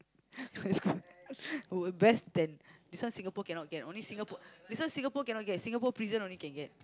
best than this one Singapore cannot get only Singapore this one Singapore cannot get Singapore prison only can get